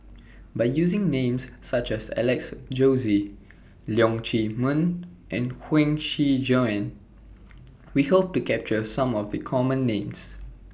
By using Names such as Alex Josey Leong Chee Mun and Huang Shiqi Joan We Hope to capture Some of The Common Names